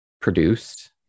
produced